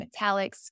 metallics